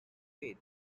fate